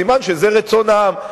סימן שזה רצון העם.